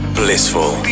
blissful